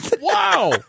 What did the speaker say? wow